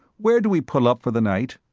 where do we pull up for the night?